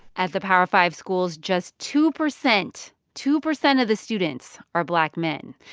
at the power five schools, just two percent two percent of the students are black men.